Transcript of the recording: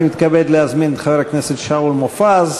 אני מתכבד להזמין את חבר הכנסת שאול מופז,